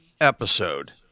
episode